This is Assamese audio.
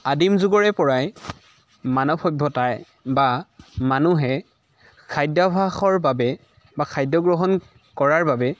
আদিম যুগৰে পৰাই মানৱ সভ্যতাই বা মানুহে খাদ্যভ্যাসৰ বাবে বা খাদ্য গ্ৰহণ কৰাৰ বাবে